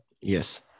Yes